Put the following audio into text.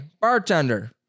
bartender